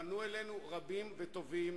פנו אלינו רבים וטובים,